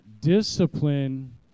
discipline